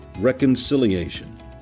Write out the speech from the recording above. Reconciliation